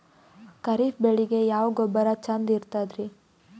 ಖರೀಪ್ ಬೇಳಿಗೆ ಯಾವ ಗೊಬ್ಬರ ಚಂದ್ ಇರತದ್ರಿ?